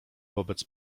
wobec